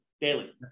daily